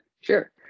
Sure